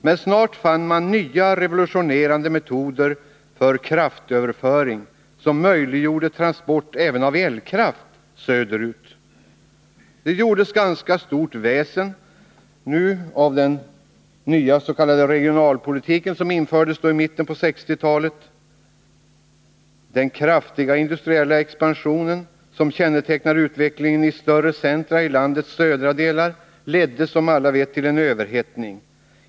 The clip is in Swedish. Men snart fann man nya revolutionerande metoder för kraftöverföring som möjliggjorde transport även av elkraft söderut. Det gjordes ganska stort väsen av den nya s.k. regionalpolitik som infördes i mitten av 1960-talet. Den kraftiga industriella expansion som kännetecknar utvecklingen i större centra i landets södra delar ledde som vi vet till en överhettning.